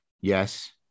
yes